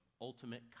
ultimate